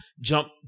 Jump